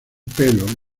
pelo